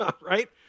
right